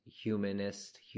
humanist